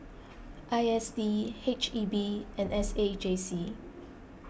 I S D H E B and S A J C